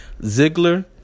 Ziggler